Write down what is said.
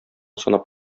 санап